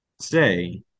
say